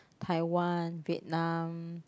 Taiwan Vietnam